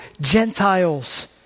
Gentiles